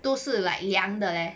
都是 like 凉的 leh